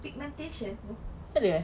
pigmentation no